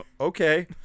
Okay